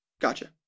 Gotcha